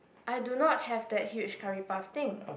I do not have that huge curry puff thing